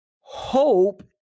Hope